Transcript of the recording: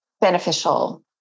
beneficial